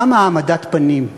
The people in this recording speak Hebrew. כמה העמדת פנים?